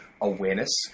awareness